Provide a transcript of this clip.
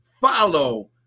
follow